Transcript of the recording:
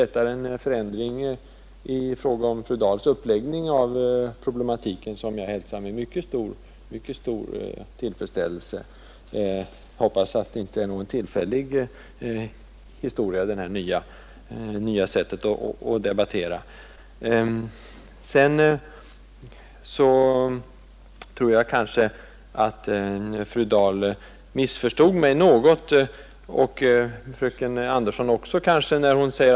Det är en stor förändring i fru Dahls uppläggning av problematiken, som jag verkligen hälsar med mycket stor tillfredsställelse. Jag hoppas bara att detta nya sätt att debattera inte är en tillfällig historia. Sedan tror jag dock att fru Dahl missförstod fröken Andersson i Stockholm och mig.